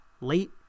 Late